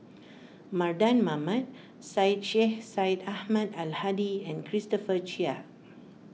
Mardan Mamat Syed Sheikh Syed Ahmad Al Hadi and Christopher Chia